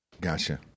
Gotcha